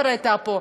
כבר הייתה פה,